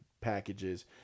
packages